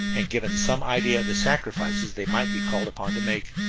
and given some idea of the sacrifices they might be called upon to make.